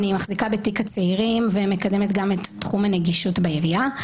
מחזיקה בתיק הצעירים וגם מקדמת את תחום הנגישות בעירייה.